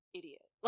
idiot